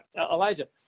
Elijah